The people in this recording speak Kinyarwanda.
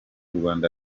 rwanda